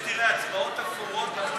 בקריאה שנייה, כנוסח הוועדה, נא להצביע.